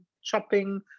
shopping